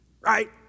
right